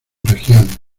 regiones